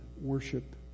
worship